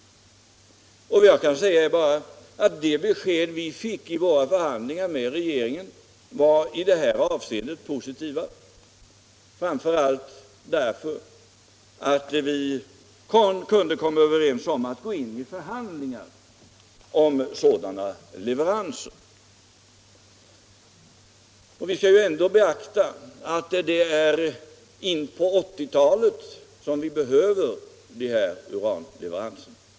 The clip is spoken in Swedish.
Vad jag kan säga nu är bara att det besked vi fick vid våra förhandlingar med regeringen där var i det här avseendet positiva, framför allt därför att vi kunde komma överens om att gå in i förhandlingar om sådana leveranser. — Vi skall ju ändå beakta att det är först in på 1980-talet som vi behöver dessa uranleveranser.